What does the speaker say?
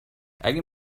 اگه